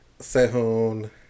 Sehun